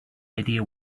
idea